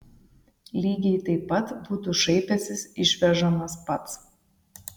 lygiai taip pat būtų šaipęsis išvežamas pats